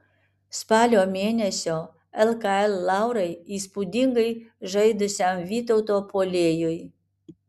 spalio mėnesio lkl laurai įspūdingai žaidusiam vytauto puolėjui